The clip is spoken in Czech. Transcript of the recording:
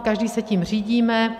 Každý se tím řídíme.